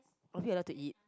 are we allowed to eat